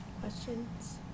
Questions